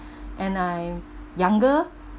and I younger